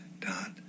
dot